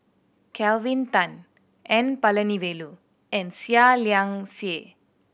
Kelvin Tan N Palanivelu and Seah Liang Seah